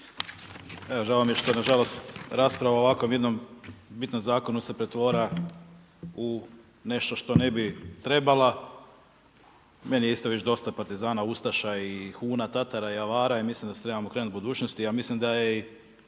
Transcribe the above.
Žao mi je što na žalost rasprava o ovakvom jednom bitnom zakonu se pretvara u nešto što ne bi trebala. Meni je već dosta partizana, ustaša i Huna, Tatara, Avara i mislim da se trebamo okrenuti budućnosti. Ja mislim da je